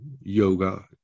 yoga